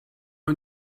and